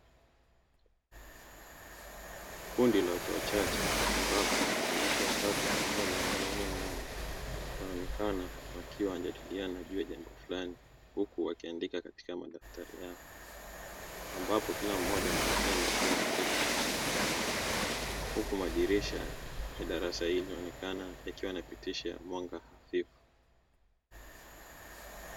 Kundi la watu wachache ambapo wanawake watatu pamoja na mwanaume mmoja wanaoekana wakiwa wana jadiliana juu ya jambo fulani huku wakiandika katika madaftari yao, ambapo kila mmoja anaoneka akiwa ameketika katika nafasi yake huku madirisha ya darasa hilo yameonekana yakiwa yanapitisha mwanga hafifu.